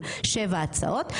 יש לי שאלה לגבי ההצבעות השמיות.